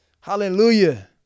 Hallelujah